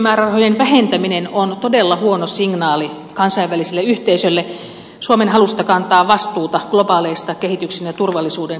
kehitysyhteistyömäärärahojen vähentäminen on todella huono signaali kansainvälisille yhteisöille suomen halusta kantaa vastuuta globaaleista kehityksen ja turvallisuuden ongelmista